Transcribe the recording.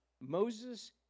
Moses